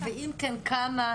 ואם כן אז כמה,